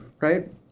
right